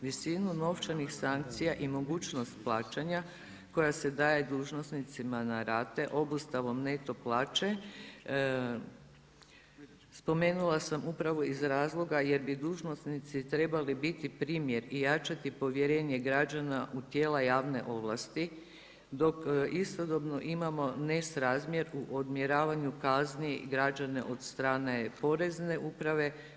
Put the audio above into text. Visinu novčanih sankcija i mogućnost plaćanja koja se daje dužnosnicima na rate obustavom neto plaće spomenula sam upravo iz razloga jer bi dužnosnici trebali biti primjer i jačati povjerenje građana u tijela javne ovlasti, dok istodobno imamo nesrazmjer u odmjeravanju kazni građane od strane porezne uprave.